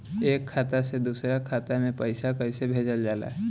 एक खाता से दूसरा खाता में पैसा कइसे भेजल जाला?